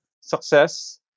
success